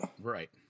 right